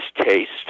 taste